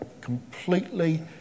completely